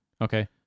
Okay